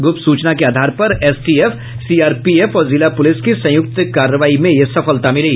गुप्त सूचना के आधार पर एसटीएफ सीआरपीएफ और जिला पुलिस की संयुक्त कार्रवाई में यह सफलता मिली